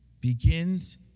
begins